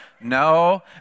No